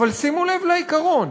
אבל שימו לב לעיקרון: